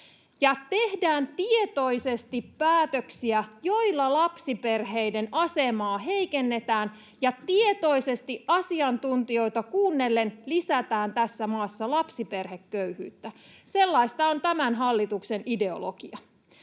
Tehdään tietoisesti päätöksiä, joilla heikennetään lapsiperheiden asemaa ja tietoisesti asiantuntijoita kuunnellen lisätään tässä maassa lapsiperheköyhyyttä. Sellaista on tämän hallituksen ideologia.